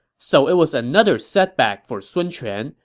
so it was another setback for sun quan,